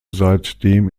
seitdem